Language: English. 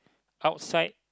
outside